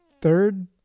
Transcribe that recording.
third